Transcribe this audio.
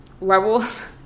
levels